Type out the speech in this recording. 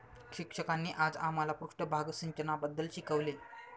शिक्षकांनी आज आम्हाला पृष्ठभाग सिंचनाबद्दल शिकवले